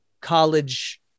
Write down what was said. college